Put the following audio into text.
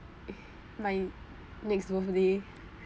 my next birthday